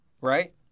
right